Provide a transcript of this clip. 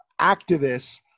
activists